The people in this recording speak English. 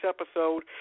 episode